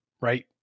Right